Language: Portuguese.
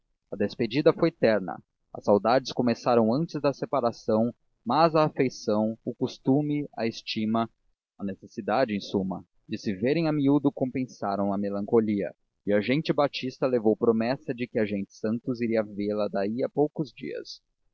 a despedida foi terna as saudades começaram antes da separação mas a afeição o costume a estima a necessidade em suma de se verem a miúdo compensaram a melancolia e a gente batista levou promessa de que a gente santos iria vê-la daí a poucos dias